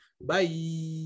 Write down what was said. Bye